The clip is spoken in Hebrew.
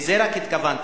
לזה רק התכוונתי.